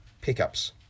pickups